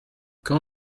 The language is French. quand